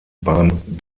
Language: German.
beim